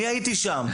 אני הייתי שם.